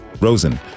Rosen